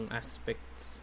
aspects